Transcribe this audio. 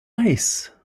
ice